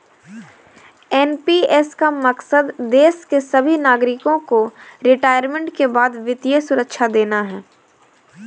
NPS का मकसद देश के सभी नागरिकों को रिटायरमेंट के बाद वित्तीय सुरक्षा देना है